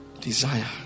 Desire